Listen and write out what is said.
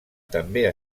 també